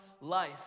life